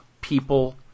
people